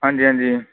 ਹਾਂਜੀ ਹਾਂਜੀ